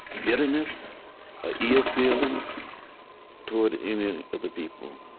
bitterness or ill feeling toward any of the people.